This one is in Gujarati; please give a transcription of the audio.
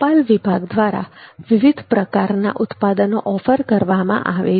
ટપાલ વિભાગ દ્વારા વિવિધ પ્રકારના ઉત્પાદનો ઓફર કરવામાં આવે છે